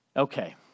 Okay